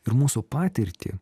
ir mūsų patirtį